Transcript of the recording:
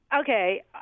Okay